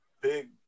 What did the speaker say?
big